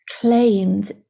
claimed